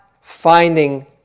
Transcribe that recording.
finding